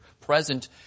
present